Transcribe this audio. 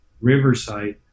Riverside